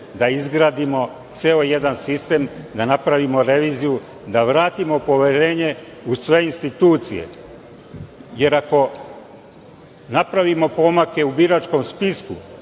da izgradimo ceo jedan sistem, da napravimo reviziju, da vratimo poverenje u sve institucije, jer ako napravimo pomake u biračkom spisku,